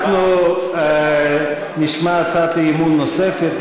אנחנו נשמע הצעת אי-אמון נוספת,